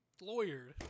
Lawyer